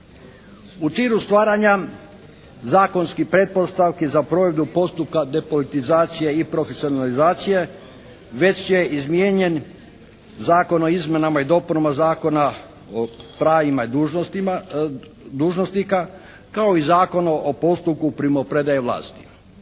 U cilju stvaranja zakonskih pretpostavki za provedbu postupka depolitizacije i profesionalizacije već je izmijenjen Zakon o izmjenama i dopunama Zakona o pravima i dužnostima dužnosnika, kao i Zakon o postupku primopredaje vlasti.